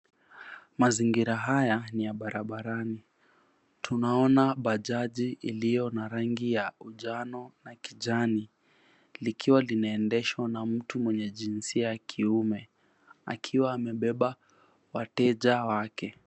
Mazingira haya ni ya barabarani. Tunaona bajaji iliyo na rangi ya ujano na kijani likiwa linaendeshwa na mtu mwenye jinsia ya kiume akiwa amebeba wateja wake.